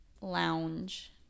lounge